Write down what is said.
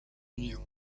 union